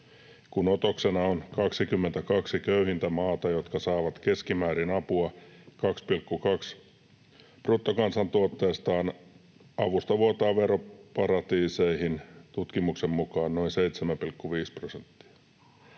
Kun otoksena on 22 köyhintä maata, jotka saavat keskimäärin apua 2,2 prosenttia bruttokansantuotteestaan, avusta vuotaa veroparatiiseihin tutkimuksen mukaan noin 7,5 prosenttia.